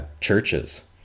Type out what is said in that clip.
churches